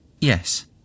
Yes